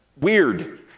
weird